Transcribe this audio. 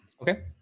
Okay